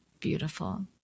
Beautiful